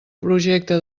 projecte